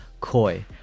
Koi